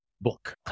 book